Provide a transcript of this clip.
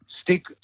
stick